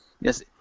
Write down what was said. Yes